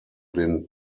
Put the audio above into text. den